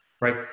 right